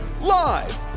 Live